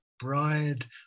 bride